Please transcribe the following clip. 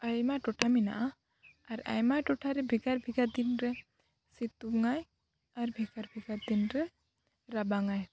ᱟᱭᱢᱟ ᱴᱚᱴᱷᱟ ᱢᱮᱱᱟᱜᱼᱟ ᱟᱨ ᱟᱭᱢᱟ ᱴᱚᱴᱷᱟᱨᱮ ᱵᱷᱮᱜᱟᱨ ᱵᱷᱮᱜᱟᱨ ᱫᱤᱱᱨᱮ ᱥᱤᱛᱩᱝᱟᱭ ᱟᱨ ᱵᱷᱮᱜᱟᱨ ᱵᱷᱮᱜᱟᱨ ᱫᱤᱱᱨᱮ ᱨᱟᱵᱟᱝᱟᱭ